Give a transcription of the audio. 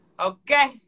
Okay